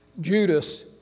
Judas